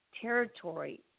territory